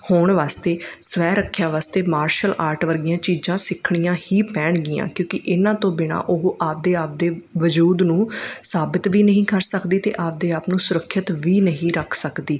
ਹੋਣ ਵਾਸਤੇ ਸਵੈ ਰੱਖਿਆ ਵਾਸਤੇ ਮਾਰਸ਼ਲ ਆਰਟ ਵਰਗੀਆਂ ਚੀਜ਼ਾਂ ਸਿੱਖਣੀਆਂ ਹੀ ਪੈਣਗੀਆਂ ਕਿਉਂਕਿ ਇਹਨਾਂ ਤੋਂ ਬਿਨਾਂ ਉਹ ਆਪਣੇ ਆਪਣੇ ਵਜੂਦ ਨੂੰ ਸਾਬਤ ਵੀ ਨਹੀਂ ਕਰ ਸਕਦੀ ਅਤੇ ਆਪਣੇ ਆਪ ਨੂੰ ਸੁਰੱਖਿਅਤ ਵੀ ਨਹੀਂ ਰੱਖ ਸਕਦੀ